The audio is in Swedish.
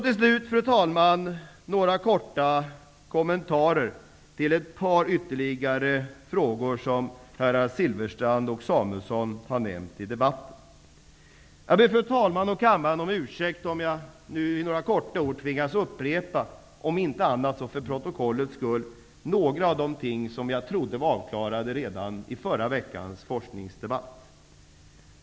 Till slut, fru talman, vill jag ge några kommentarer till ytterligare ett par frågor som herrar Silfverstrand och Samuelson har tagit upp i debatten. Jag ber fru talman och kammaren om ursäkt om jag -- om inte annat för protokollets skull -- tvingas upprepa några av de ting som jag trodde var avklarade redan i förra veckans forskningsdebatt.